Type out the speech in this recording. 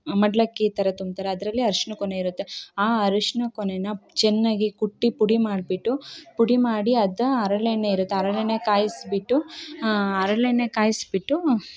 ಮಡಿಲಕ್ಕಿ ಥರ ತುಂಬ್ತಾರೆ ಅದರಲ್ಲಿ ಅರಿಶ್ಣ ಕೊನೆ ಇರುತ್ತೆ ಆ ಅರಿಶ್ಣ ಕೊನೇನ ಚೆನ್ನಾಗಿ ಕುಟ್ಟಿ ಪುಡಿ ಮಾಡಿಬಿಟ್ಟು ಪುಡಿ ಮಾಡಿ ಅದು ಹರಳೆಣ್ಣೆ ಇರುತ್ತೆ ಹರಳೆಣ್ಣೆ ಕಾಯಿಸಿ ಬಿಟ್ಟು ಹರಳೆಣ್ಣೆ ಕಾಯಿಸಿ ಬಿಟ್ಟು